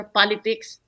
politics